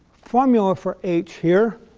formula for h here